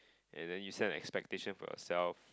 and then you set an expectation for yourself